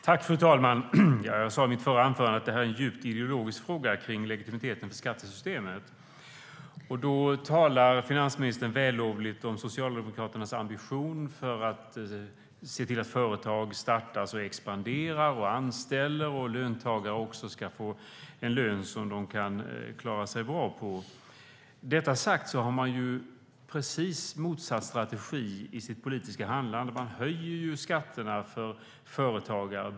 STYLEREF Kantrubrik \* MERGEFORMAT Svar på interpellationerFru talman! Jag sa i mitt förra anförande att detta med legitimiteten för skattesystemet är en djupt ideologisk fråga. Då talar finansministern vällovligt om Socialdemokraternas ambition att se till att företag startas, expanderar och anställer. Löntagare ska också få en lön som de kan klara sig bra på. Men man har precis motsatt strategi i sitt politiska handlande. Man höjer ju skatterna för företagare.